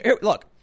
Look